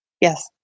Yes